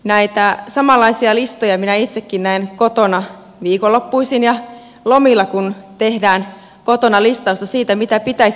näitä samanlaisia listoja minä itsekin näen kotona viikonloppuisin ja lomilla kun tehdään kotona listausta siitä mitä pitäisi tehdä